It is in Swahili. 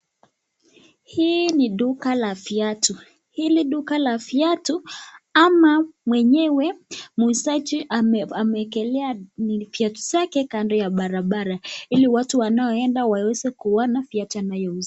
Hii ni duka la viatu. Hili duka la viatu ama mwenyewe muuzaji amekelea viatu zake kando ya barabara ili watu wanaoenda weweza kuona viatu anayo uza.